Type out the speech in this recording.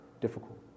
difficult